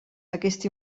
aquest